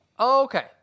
Okay